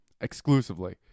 exclusively